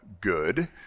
good